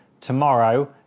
tomorrow